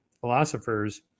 philosophers